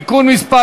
(תיקון מס'